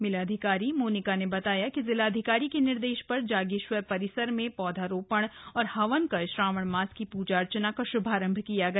मेलाधिकारी मोनिका ने बताया कि जिलाधिकारी के निर्देश पर जागेश्वर परिसर में पौधा रोपण और हवन कर श्रावण मास की पूजा अर्चना का शुभारंभ किया गया